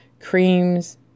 creams